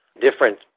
different